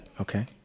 Okay